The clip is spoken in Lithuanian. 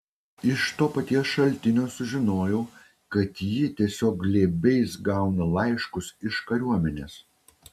iš to paties šaltinio sužinojau kad ji tiesiog glėbiais gauna laiškus iš kariuomenės